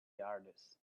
yards